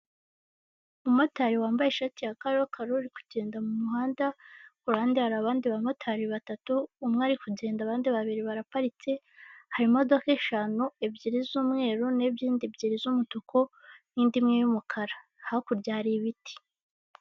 Umumotari wambaye ishati ya karokaro uri kugenda ku ruhande hari abandi bamotari batatu umwe ari kugenda abandi babiri baraparitse hari imodoka eshanu ebyiri z'umweru n'ebyiri z'umutuku n'indi imwe y'umukara hakurya hari ibiti.